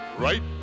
Right